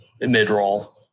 mid-roll